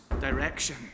direction